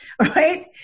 right